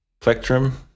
plectrum